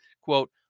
quote